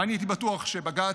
ואני הייתי בטוח שבג"ץ,